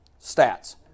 Stats